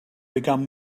become